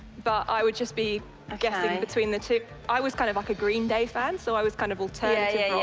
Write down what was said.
but i would just be guessing and between the two. ok. i was kind of like a green day fan, so, i was kind of alternative yeah